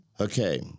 Okay